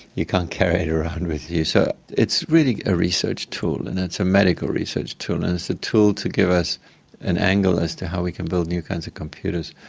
you can't carry it around with you, so it's really a research tool, and it's a medical research tool, and it's a tool to give us an angle as to how we can build new kinds of computers.